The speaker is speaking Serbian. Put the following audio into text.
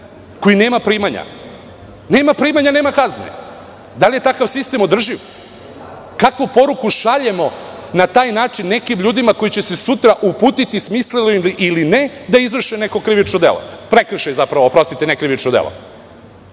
koji nema primanja? Nema primanja, nema kazne. Da li je takav sistem održiv? Kakvu poruku šaljemo na taj način nekim ljudima koji će se sutra uputiti smisleno ili ne, da izvrše neko krivično delo? Zbog toga, molim vas da